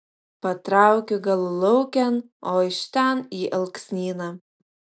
patraukiu galulaukėn o iš ten į alksnyną